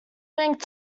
bank